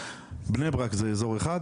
בני ברק זה אזור אחד.